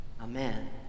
Amen